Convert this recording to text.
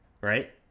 right